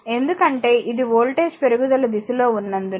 ఎందుకంటే ఇది వోల్టేజ్ పెరుగుదల దిశలో ఉన్నందున